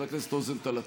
חבר הכנסת רוזנטל,